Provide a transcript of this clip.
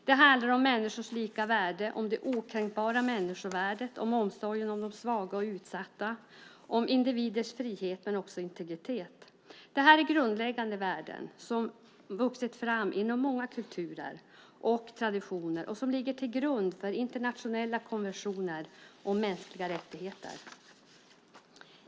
Det handlar om människors lika värde, om det okränkbara människovärdet, om omsorgen om de svaga och utsatta, om individers frihet men också om deras integritet. Det här är grundläggande värden som vuxit fram inom många kulturer och traditioner och som ligger till grund för internationella konventioner om mänskliga rättigheter.